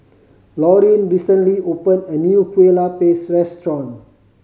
Lorin recently open a new Kueh Lupis restaurant